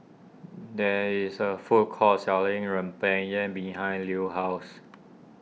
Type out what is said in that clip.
there is a food court selling Rempeyek behind Lue's house